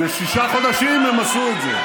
בשישה חודשים הם עשו את זה?